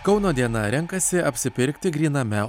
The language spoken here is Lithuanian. kauno diena renkasi apsipirkti gryname